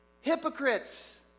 Hypocrites